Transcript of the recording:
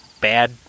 bad